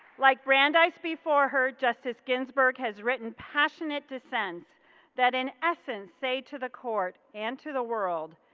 like brandeis before her, justice ginsburg has written passionate dissents that in essence say to the court and to the world,